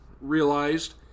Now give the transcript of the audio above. realized